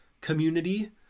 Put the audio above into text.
community